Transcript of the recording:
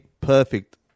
perfect